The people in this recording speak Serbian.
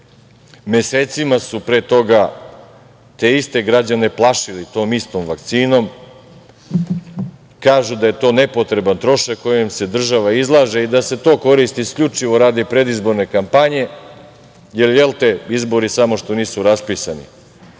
Mesecima su pre toga te iste građane plašili tom istom vakcinom. Kažu da je to nepotreban trošak kojem se država izlaže i da se to koristi isključivo radi predizborne kampanje, jer, jel te, izbori samo što nisu raspisani.